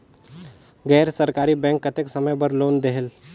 गैर सरकारी बैंक कतेक समय बर लोन देहेल?